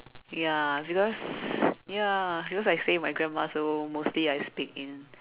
ya because ya because I stay with my grandma so mostly I speak in